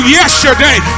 yesterday